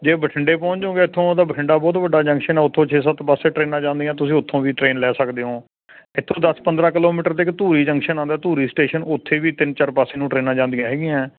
ਜੇ ਬਠਿੰਡੇ ਪਹੁੰਚੋਗੇ ਇੱਥੋਂ ਉਹ ਤਾਂ ਬਠਿੰਡਾ ਬਹੁਤ ਵੱਡਾ ਜੰਕਸ਼ਨ ਆ ਉਥੋਂ ਛੇ ਸੱਤ ਪਾਸੇ ਟ੍ਰੇਨਾਂ ਜਾਂਦੀਆਂ ਤੁਸੀਂ ਉੱਥੋਂ ਵੀ ਟ੍ਰੇਨ ਲੈ ਸਕਦੇ ਹੋ ਇੱਥੋਂ ਦੱਸ ਪੰਦਰਾਂ ਕਿਲੋਮੀਟਰ ਤੇ ਇੱਕ ਧੂਰੀ ਜੰਕਸ਼ਨ ਆਉਂਦਾ ਧੂਰੀ ਸਟੇਸ਼ਨ ਉੱਥੇ ਵੀ ਤਿੰਨ ਚਾਰ ਪਾਸੇ ਨੂੰ ਟ੍ਰੇਨਾਂ ਜਾਂਦੀਆਂ ਹੈਗੀਆਂ